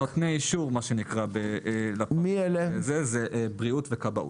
יש נותני אישור, שזה בריאות וכבאות.